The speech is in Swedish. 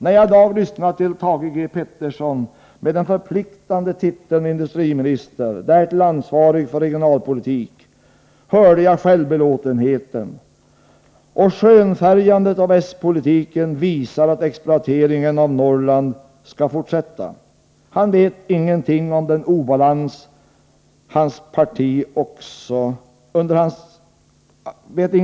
När jag i dag lyssnade till Thage G. Peterson med den förpliktande titeln industriminister — därtill ansvarig för regionalpolitiken — hörde jag självbelåtenheten, och hans skönfärgande av s-politiken visar att exploateringen av Norrland skall fortsätta. Han vet ingenting om den obalans som hans parti förstärkt.